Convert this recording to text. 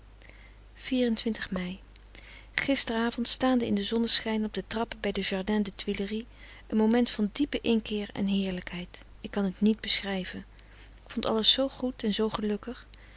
mei gisteravond staande in de zonneschijn op de trappen bij de jardin des tuileries een moment van diepe inkeer en heerlijkheid ik kan t niet befrederik van eeden van de koele meren des doods schrijven ik vond alles zoo goed en zoo gelukkig